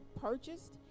purchased